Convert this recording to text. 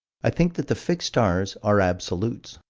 i think that the fixed stars are absolutes.